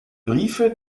briefe